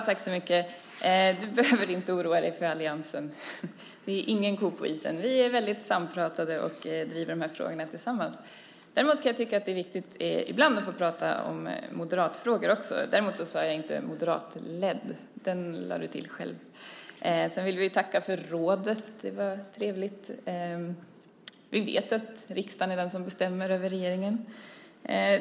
Herr talman! Du behöver inte oroa dig för alliansen. Det är ingen ko på isen. Vi är väldigt sampratade och driver de här frågorna tillsammans. Däremot kan jag tycka att det ibland är viktigt att få prata om moderatfrågor också. Men jag sade inte "moderatledd". Det lade du till själv. Sedan vill vi tacka för rådet. Det var trevligt. Vi vet att riksdagen bestämmer över regeringen.